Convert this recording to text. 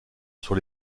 sur